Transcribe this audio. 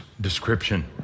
description